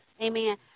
amen